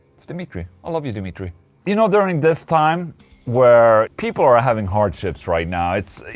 it's dimitri, i love you dimitri you know, during this time where people are having hardships right now it's.